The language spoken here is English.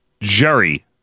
Jerry